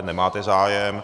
Nemáte zájem.